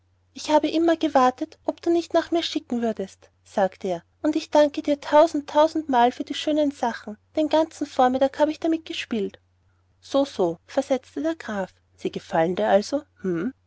ich habe immer gewartet ob du nicht nach mir schicken würdest sagte er und ich danke dir viel tausend tausendmal für all die schönen sachen den ganzen vormittag hab ich damit gespielt so so versetzte der graf sie gefallen dir also